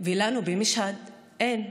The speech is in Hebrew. ולנו במשהד אין: